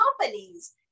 companies